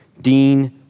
dean